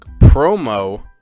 promo